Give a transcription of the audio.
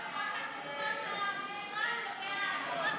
שחוק התרומות למושחת, זה בעד.